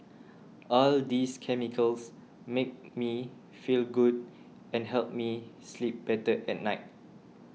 all these chemicals make me feel good and help me sleep better at night